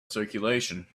circulation